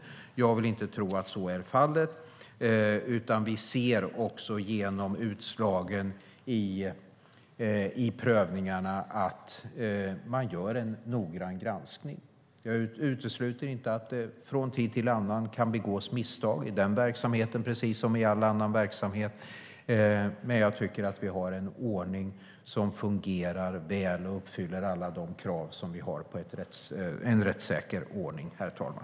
Jag vill inte tro att så är fallet. Vi ser också genom utslagen i prövningarna att man gör en noggrann granskning. Jag utesluter inte att det från tid till annan kan begås misstag i den verksamheten, precis som i all annan verksamhet. Men jag tycker att vi har en ordning som fungerar väl och uppfyller alla de krav vi har på en rättssäker ordning, herr talman.